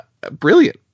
brilliant